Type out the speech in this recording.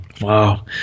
Wow